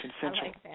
Consensual